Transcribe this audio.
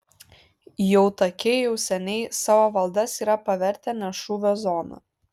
jautakiai jau seniai savo valdas yra pavertę ne šūvio zona